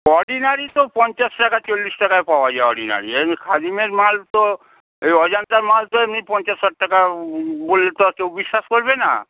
ordinary তো পঞ্চাশ টাকা চল্লিশ টাকায় পাওয়া যায় অর্ডিনারি এমনি খাদিমের মাল তো এই অজন্তার মাল তো এমনি পঞ্চাশ ষাট টাকা বললে তো আর কেউ বিশ্বাস করবে না